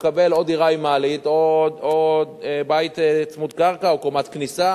לקבל או דירה עם מעלית או בית צמוד-קרקע או קומת כניסה.